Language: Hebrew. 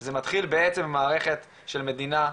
זה מתחיל בעצם במערכת של מדינה,